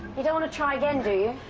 you don't want to try again, do you?